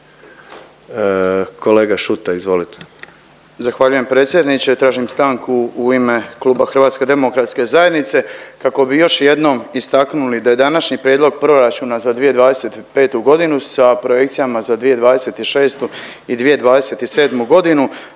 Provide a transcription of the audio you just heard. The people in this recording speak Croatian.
Tomislav (HDZ)** Zahvaljujem predsjedniče. Tražim stanku u ime Kluba HDZ-a kako bi još jednom istaknuli da je današnji prijedlog proračuna za 2025.g. sa projekcijama za 2026. i 2027.g.